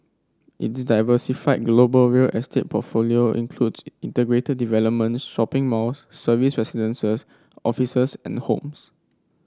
its diversified global real estate portfolio includes integrated development shopping malls serviced residences offices and homes